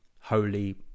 holy